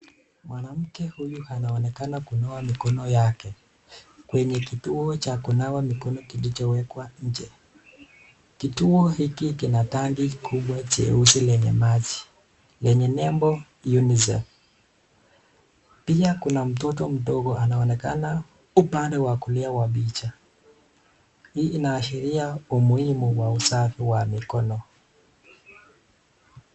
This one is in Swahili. Mwanamke uyu anaonekana kunawa mkono yake, kwenye kituo cha kunawa mkono kilichowekwa nje kituo hiki kina tangi kubwa cheusi yenye maji lenye nembo UNICEF] , pia kuna mtoto mdogo anaoneka upande wa kulia wa picha hii inaashiria umuhimu wa usafi wa mkono.